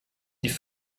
die